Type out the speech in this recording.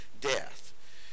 death